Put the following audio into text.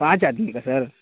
پانچ آدمی کا سر